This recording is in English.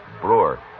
Brewer